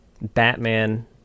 Batman